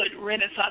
Renaissance